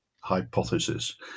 hypothesis